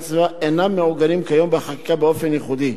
הסביבה אינם מעוגנים כיום בחקיקה באופן ייחודי.